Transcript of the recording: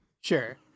Sure